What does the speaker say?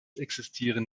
existieren